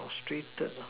frustrated lah